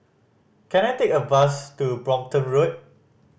can I take a bus to Brompton Road